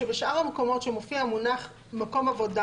שבשאר המקומות שמופיע המונח "מקום עבודה"